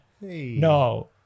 No